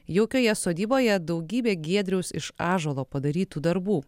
jaukioje sodyboje daugybė giedriaus iš ąžuolo padarytų darbų